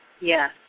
yes